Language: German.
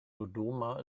dodoma